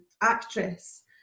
actress